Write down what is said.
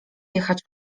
jechać